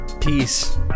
Peace